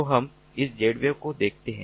तो हम इस Zwave को देखते हैं